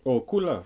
oh cool lah